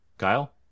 Kyle